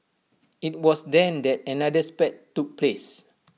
IT was then that another spat took place